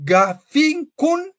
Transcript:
Gafinkun